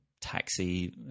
taxi